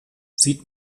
sieht